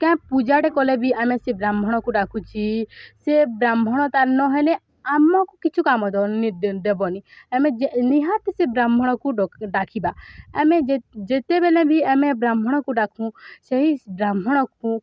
କଁ ପୂଜାଟେ କଲେ ବି ଆମେ ସେ ବ୍ରାହ୍ମଣକୁ ଡ଼ାକୁଛି ସେ ବ୍ରାହ୍ମଣ ତ ନ ହେେଲେ ଆମକୁ କିଛି କାମ ଦେବନି ଆମେ ନିହାତି ସେ ବ୍ରାହ୍ମଣକୁ ଡ଼ାକିବା ଆମେ ଯେତେବେଲେ ବି ଆମେ ବ୍ରାହ୍ମଣକୁ ଡ଼ାକୁୁ ସେହି ବ୍ରାହ୍ମଣକୁ